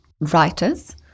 writers